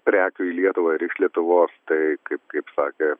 prekių į lietuvą ir iš lietuvos tai kaip kaip sakė